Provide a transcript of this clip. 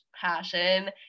passion